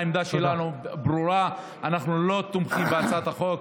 העמדה שלנו ברורה: אנחנו לא תומכים בהצעת החוק.